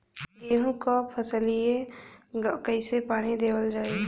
गेहूँक फसलिया कईसे पानी देवल जाई?